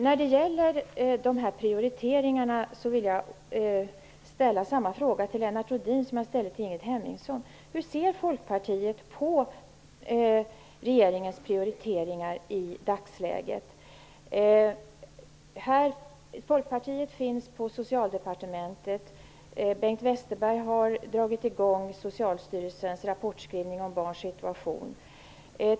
När det gäller prioriteringarna vill jag ställa samma fråga till Lennart Rohdin som jag ställde till Ingrid Hemmingsson: Hur ser Folkpartiet på regeringens prioriteringar i dagsläget? Folkpartiet finns på Socialdepartementet. Bengt Westerberg har dragit i gång Socialstyrelsens rapportskrivning om barns situation.